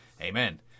Amen